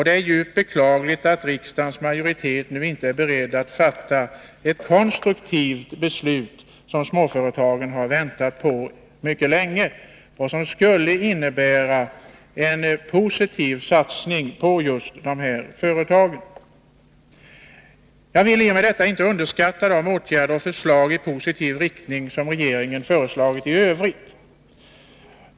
Det är djupt beklagligt att riksdagens majoritet nu inte är beredd att fatta ett konstruktivt beslut, som småföretagen har väntat på mycket länge och som skulle innebära en positiv satsning på just dessa företag. Jag vill i och med detta inte underskatta de åtgärder i positiv riktning som regeringen vidtagit och föreslagit i övrigt.